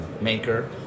maker